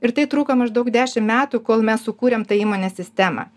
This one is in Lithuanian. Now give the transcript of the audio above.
ir tai truko maždaug dešim metų kol mes sukūrėm tą įmonės sistemą